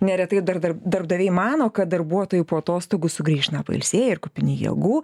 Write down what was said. neretai dar darbdaviai mano kad darbuotojai po atostogų sugrįš na pailsėję ir kupini jėgų